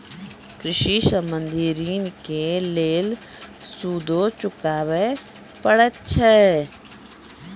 कृषि संबंधी ॠण के लेल सूदो चुकावे पड़त छै?